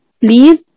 please